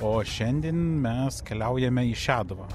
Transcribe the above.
o šiandien mes keliaujame į šeduvą